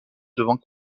devant